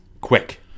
Quick